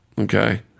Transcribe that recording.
okay